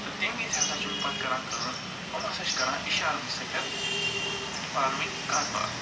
تہٕ تَمہِ وِز ہَسا چھِ یِم پتہٕ کَران کٲم یِم ہَسا چھِ کَران اِشاروٕے سۭتٮ۪ن پانوٲنۍ کتھ باتھ